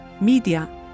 media